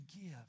give